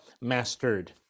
mastered